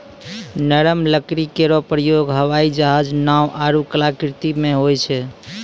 नरम लकड़ी केरो प्रयोग हवाई जहाज, नाव आरु कलाकृति म होय छै